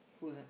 who's that